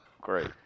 Great